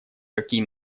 какие